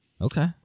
Okay